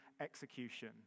execution